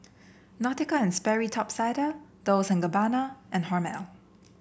Nautica And Sperry Top Sider Dolce and Gabbana and Hormel